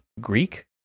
greek